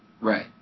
Right